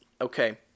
okay